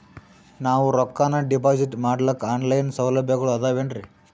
ನಾವು ರೊಕ್ಕನಾ ಡಿಪಾಜಿಟ್ ಮಾಡ್ಲಿಕ್ಕ ಆನ್ ಲೈನ್ ಸೌಲಭ್ಯಗಳು ಆದಾವೇನ್ರಿ?